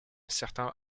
certain